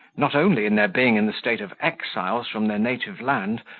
not only in their being in the state of exiles from their native land,